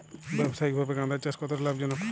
ব্যবসায়িকভাবে গাঁদার চাষ কতটা লাভজনক?